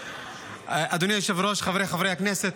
מכובדי היושב-ראש, חבריי חברי הכנסת,